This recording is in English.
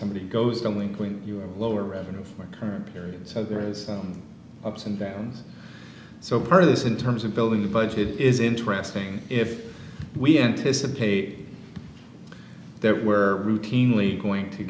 somebody goes don't think when you have lower revenue for current period so there is ups and downs so part of this in terms of building the budget is interesting if we anticipate there were routinely going to